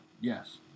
Yes